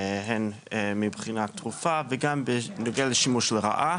הן מבחינת תרופה וגם מבחינת שימוש לרעה